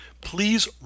please